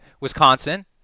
Wisconsin